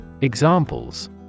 Examples